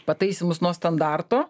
pataisymus nuo standarto